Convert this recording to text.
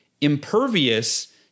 impervious